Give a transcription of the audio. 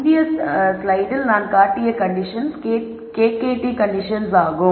முந்தைய ஸ்லைடில் நான் காட்டிய கண்டிஷன்ஸ் KKT கண்டிஷன்ஸ் ஆகும்